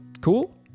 Cool